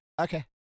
Okay